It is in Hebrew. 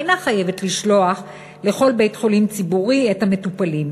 ואינה חייבת לשלוח לכל בית-חולים ציבורי את המטופלים.